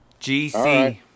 GC